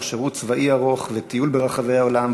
שירות צבאי ארוך וטיול ברחבי העולם,